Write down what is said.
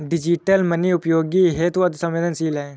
digital money उपयोग हेतु अति सवेंदनशील है